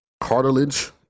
cartilage